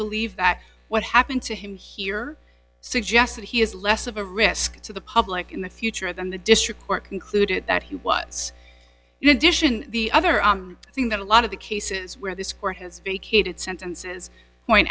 believe that what happened to him here suggests that he is less of a risk to the public in the future than the district court concluded that he was in addition the other thing that a lot of the cases where this court has vacated sentences point